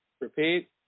Repeat